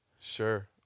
Sure